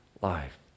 life